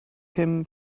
him